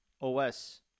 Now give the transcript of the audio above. OS